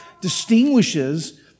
distinguishes